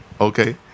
Okay